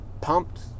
pumped